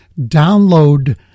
download